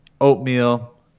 oatmeal